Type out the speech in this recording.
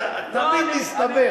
אתה תמיד מסתבך.